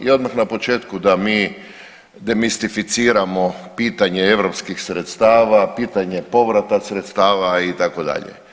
I odmah na početku da mi demistificiramo pitanje europskih sredstava, pitanje povrata sredstava itd.